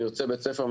ירצה בית ספר,